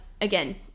again